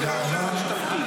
תודה רבה.